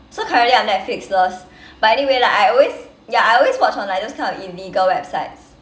so currently I'm netflix less but anyway like I always ya I always watch on like those kind of illegal websites